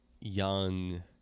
young